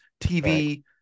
TV